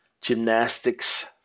gymnastics